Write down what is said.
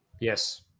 Yes